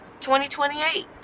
2028